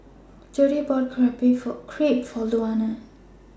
Jere bought Crepe For Luana